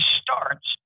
starts